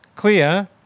clear